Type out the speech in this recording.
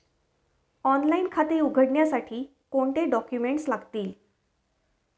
Online खाते उघडण्यासाठी कोणते डॉक्युमेंट्स लागतील?